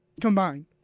combined